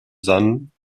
san